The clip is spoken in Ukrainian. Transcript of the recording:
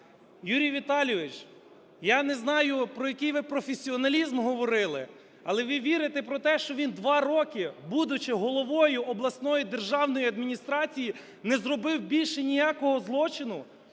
Юрій Віталійович, я не знаю, про який ви професіоналізм говорили, але ви вірите про те, що він 2 роки, будучи головою обласної державної адміністрації, не зробив більше ніякого злочину?